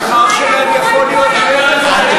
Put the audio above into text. השכר שלהם יכול להיות יותר גבוה, מעבר